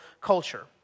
culture